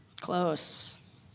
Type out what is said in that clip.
Close